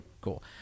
cool